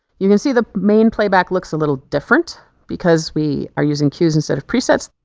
you can see the main playback looks a little different because we are using cues instead of presets.